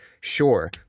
Sure